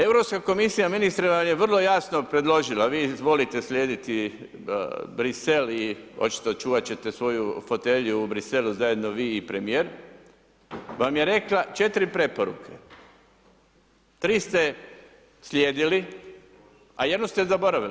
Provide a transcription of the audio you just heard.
Europska Komisija ministre vam je vrlo jasno predložila, vi izvolite slijediti Brisel i očito čuvati ćete svoju fotelju u Briselu, zajedno vi i premijer, vam je rekla 4 preporuke, 3 ste slijedili, a jednu ste zaboravili.